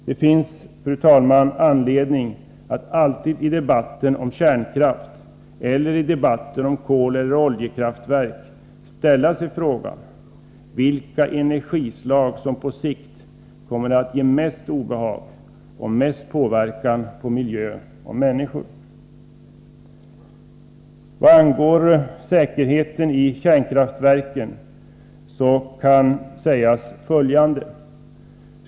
Det finns, fru talman, anledning att alltid i debatter om kärnkraft eller om koloch oljekraftverk ställa sig frågan vilka energislag som på sikt kommer att ge mest obehag och mest påverkan på miljö och människor. När det gäller säkerheten i kärnkraftverken kan sägas följande.